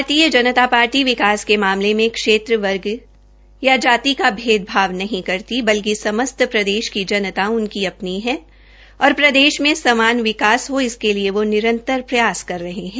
भारतीय जनता पार्टी विकास के मामले क्षेत्र वर्ग जाति का भेदभाव नहीं करती बल्कि समस्त् प्रदेश की जनता उनकी अपनी है और प्रदेश में समान विकास हो सके इसके लिए वो निरंतर प्रयासरत है